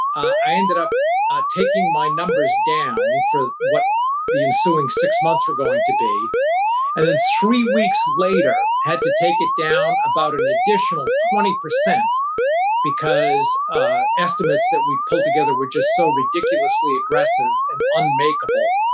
i ended up taking my numbers down for what the ensuing six months were going to be and then, three weeks later, had to take it down about an additional twenty percent because estimated that we'd bulled together were just so ridiculously aggressive and unmakeable.